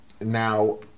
now